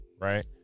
Right